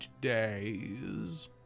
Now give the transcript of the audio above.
days